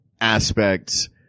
aspects